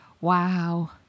Wow